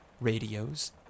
radios